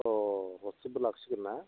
अ' हस्थेलबो लाखिगोन ना